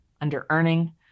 under-earning